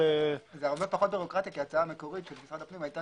זה הרבה פחות בירוקרטיה כי ההצעה המקורית של משרד הפנים-